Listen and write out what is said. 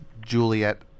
Juliet